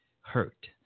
hurt